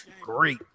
great